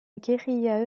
guérilla